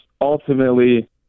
ultimately